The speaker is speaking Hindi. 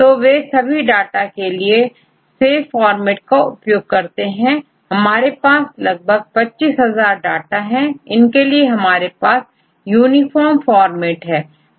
तो वे सभी डाटा के लिए सेवफॉर्मेट का उपयोग करते हैं हमारे पास अब तक25000 डाटा है इनके लिए हमारे पास यूनिफॉर्म फॉर्मेट है